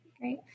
Great